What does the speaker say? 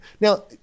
Now